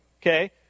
Okay